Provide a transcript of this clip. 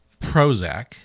Prozac